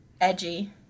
Edgy